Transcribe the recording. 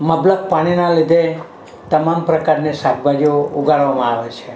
મબલખ પાણીના લીધે તમામ પ્રકારની શાકભાજીઓ ઉગાડવામાં આવે છે